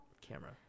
Camera